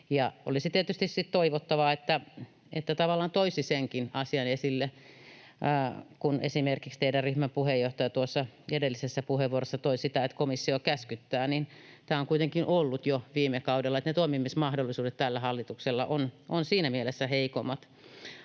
Olisi tietysti toivottavaa, että tavallaan toisi senkin asian esille, kun esimerkiksi teidän ryhmäpuheenjohtajanne tuossa edellisessä puheenvuorossa toi sitä, että komissio käskyttää, että tämä on kuitenkin ollut jo viime kaudella. Ne toimimismahdollisuudet tällä hallituksella ovat siinä mielessä heikommat.